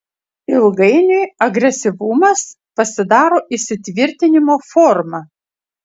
ilgainiui agresyvumas pasidaro įsitvirtinimo forma